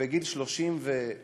בגיל 37